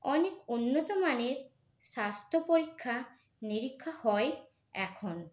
অনেক উন্নত মানের স্বাস্থ্য পরীক্ষা নিরীক্ষা হয় এখন